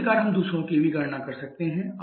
इसी प्रकार हम दूसरों की भी गणना कर सकते हैं